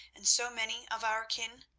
and so many of our kin?